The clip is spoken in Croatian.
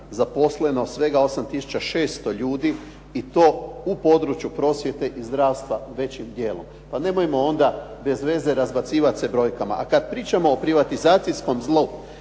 zaposleno svega 8 tisuća 600 ljudi i to u području prosvjete i zdravstva većim dijelom. Pa nemojmo onda bez veze razbacivat se brojkama. A kad pričamo o privatizacijskom zlu